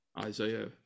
Isaiah